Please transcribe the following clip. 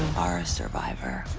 are a survivor.